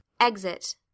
Exit